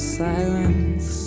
silence